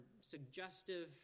suggestive